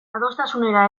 adostasunetara